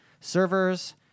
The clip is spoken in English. servers